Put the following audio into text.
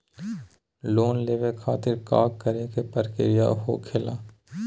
Loan लेवे खातिर का का प्रक्रिया होखेला?